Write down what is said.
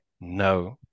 no